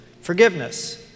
forgiveness